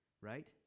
right